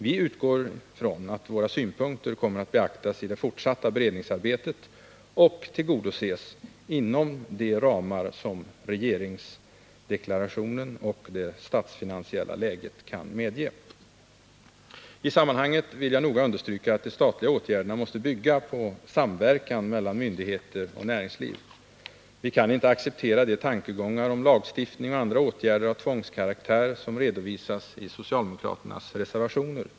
Vi utgår från att våra synpunkter beaktas i det fortsatta beredningsarbetet och tillgodoses inom de ramar som regeringsdeklarationen och det statsfinansiella läget kan medge. I sammanhanget vill jag noga understryka att de statliga åtgärderna måste bygga på samverkan mellan myndigheter och näringsliv. Vi kan inte acceptera de tankegångar om lagstiftning och andra åtgärder av tvångskaraktär som redovisas i socialdemokraternas reservationer.